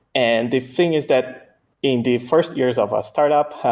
and the thing is that in the first years of a startup,